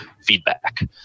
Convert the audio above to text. feedback